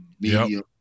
medium